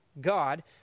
God